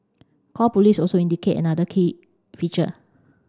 call police also indicate another key feature